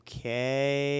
Okay